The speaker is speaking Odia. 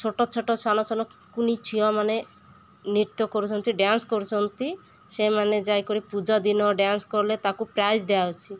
ଛୋଟ ଛୋଟ ସାନ ସାନ କୁନି ଝିଅମାନେ ନୃତ୍ୟ କରୁଛନ୍ତି ଡ୍ୟାନ୍ସ କରୁଛନ୍ତି ସେମାନେ ଯାଇକରି ପୂଜା ଦିନ ଡ୍ୟାନ୍ସ କଲେ ତାକୁ ପ୍ରାଇଜ୍ ଦିଆହେଉଛି